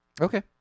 Okay